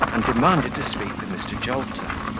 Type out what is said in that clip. and demanded to speak with mr. jolter.